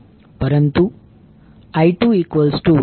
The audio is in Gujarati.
પરંતુ I2∆2∆180 j80682